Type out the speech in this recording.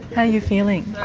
are you feeling?